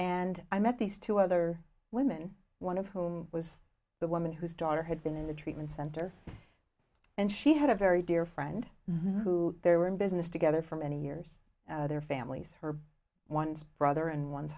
and i met these two other women one of whom was the woman whose daughter had been in the treatment center and she had a very dear friend who they were in business together for many years their families her ones brother and one's